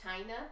China